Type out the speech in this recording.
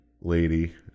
lady